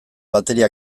bateria